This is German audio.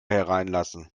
hereinlassen